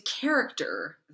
character